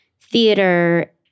theater